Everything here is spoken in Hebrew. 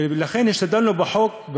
ולכן השתדלנו בחוק,